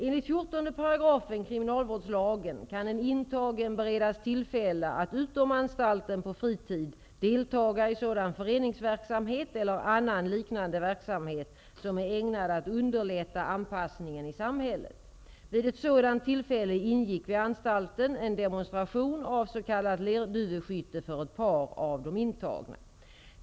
Enligt 14 § kriminalvårdslagen kan en intagen beredas tillfälle att utom anstalten på fritid deltaga i sådan föreningsverksamhet eller annan liknande verksamhet som är ägnad att underlätta anpassningen i samhället. Vid ett sådant tillfälle ingick vid anstalten en demonstration av s.k. lerduveskytte för ett par av de intagna.